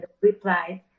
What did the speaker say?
replied